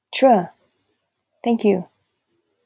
sure thank you